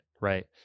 right